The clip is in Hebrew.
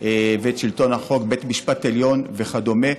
ואת שלטון החוק, בית המשפט העליון וכדומה.